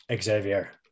Xavier